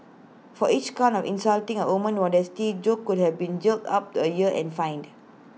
for each count of insulting A woman's modesty Jo could have been jailed up to A year and fined